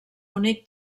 únic